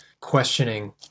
questioning